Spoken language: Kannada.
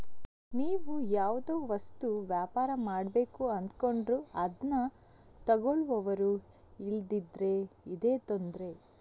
ನೀವು ಯಾವುದೋ ವಸ್ತು ವ್ಯಾಪಾರ ಮಾಡ್ಬೇಕು ಅಂದ್ಕೊಂಡ್ರು ಅದ್ನ ತಗೊಳ್ಳುವವರು ಇಲ್ದಿದ್ರೆ ಇದೇ ತೊಂದ್ರೆ